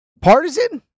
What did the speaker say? Partisan